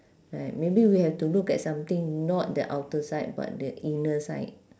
like maybe we have to look at something not the outer side but the inner side